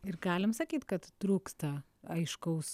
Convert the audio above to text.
ir galim sakyt kad trūksta aiškaus